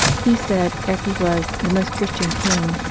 he said, as he was the most christian king,